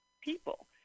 people